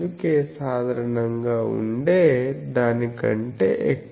అందుకే సాధారణంగా ఉండే దాని కంటే ఎక్కువ